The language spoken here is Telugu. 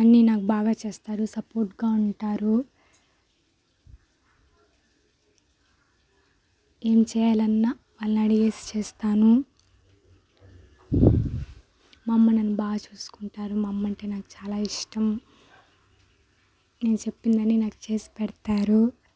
అన్నీ నాకు బాగా చేస్తారు సపోర్ట్గా ఉంటారు ఏం చేయాలి అన్న వాళ్ళని అడిగేసి చేస్తాను మా అమ్మ నన్ను బాగా చూసుకుంటారు మా అమ్మంటే నాకు చాలా ఇష్టం నేను చెప్పిందని నాకు చేసి పెడతారు